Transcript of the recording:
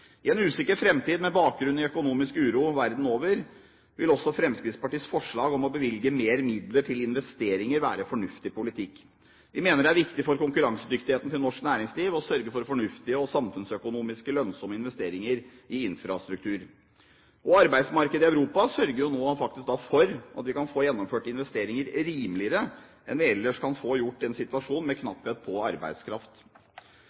I en usikker framtid, med bakgrunn i økonomisk uro verden over, vil også Fremskrittspartiets forslag om å bevilge mer midler til investeringer være fornuftig politikk. Vi mener det er viktig for konkurransedyktigheten til norsk næringsliv å sørge for fornuftige og samfunnsøkonomisk lønnsomme investeringer i infrastruktur. Arbeidsmarkedet i Europa sørger jo faktisk nå for at vi kan få gjennomført investeringer rimeligere enn vi ellers kunne få gjort i en situasjon med